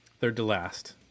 Third-to-last